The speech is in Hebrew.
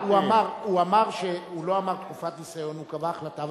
הוא אמר שהוא לא אמר תקופת ניסיון, הוא קבע החלטה.